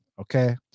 Okay